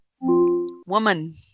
Woman